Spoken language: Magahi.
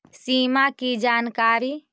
सिमा कि जानकारी?